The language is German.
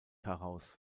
heraus